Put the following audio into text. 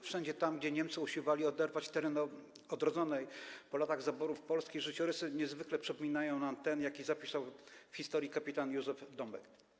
Wszędzie tam, gdzie Niemcy usiłowali oderwać teren odrodzonej po latach zaborów Polski, życiorysy niezwykle przypominają nam ten, jaki zapisał w historii kpt. Józef Dambek.